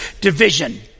division